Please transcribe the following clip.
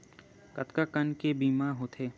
कतका कन ले बीमा होथे?